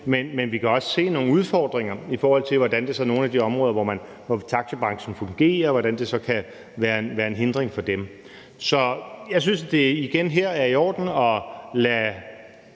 men vi kan også se nogle udfordringer, i forhold til hvordan det så på nogle af de områder, hvor taxabranchen fungerer, kan være en hindring for dem. Så jeg synes, at det her igen er i orden at lade